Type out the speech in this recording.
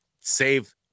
save –